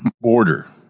border